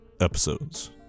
episodes